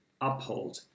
uphold